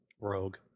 Rogue